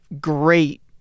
great